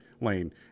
lane